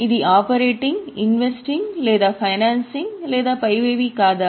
ఇది operating investing లేదా financing లేదా పైవేవీ కాదా